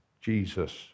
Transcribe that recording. jesus